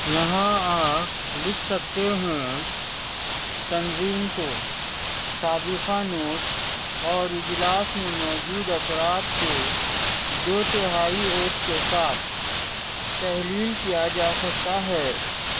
یہاں آپ لکھ سکتے ہیں تنظیم کو سابقہ نوٹس اور اجلاس میں موجود افراد کے دو تہائی ووٹ کے ساتھ تحلیل کیا جا سکتا ہے